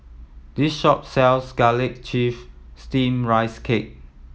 this shop sells garlic chive steam rice cake